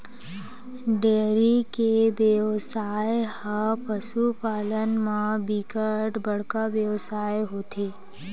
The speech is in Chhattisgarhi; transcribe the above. डेयरी के बेवसाय ह पसु पालन म बिकट बड़का बेवसाय होथे